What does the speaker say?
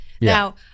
Now